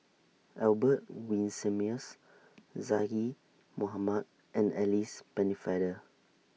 Albert Winsemius Zaqy Mohamad and Alice Pennefather